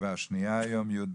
ישיבה שנייה היום, י'